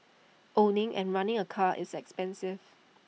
owning and running A car is expensive